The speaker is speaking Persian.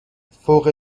فوق